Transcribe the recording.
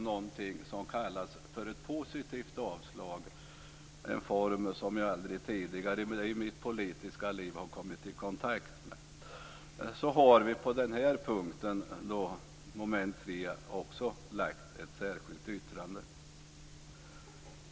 Jag har aldrig tidigare i mitt politiska liv kommit i kontakt med den formen av avslag. Därför har vi på denna punkt, mom. 3, lagt ett särskilt yttrande.